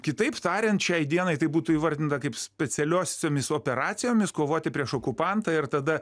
kitaip tariant šiai dienai tai būtų įvardinta kaip specialiosiomis operacijomis kovoti prieš okupantą ir tada